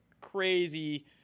crazy